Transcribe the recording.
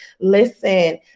listen